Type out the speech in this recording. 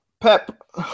Pep